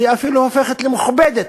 היא אפילו הופכת למכובדת.